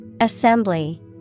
Assembly